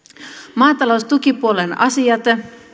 maataloustukipuolen asiat